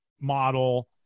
model